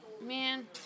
Man